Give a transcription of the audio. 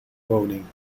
woning